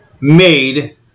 made